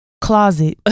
closet